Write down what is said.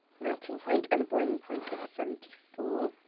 melting point. and a boiling point of seventy four,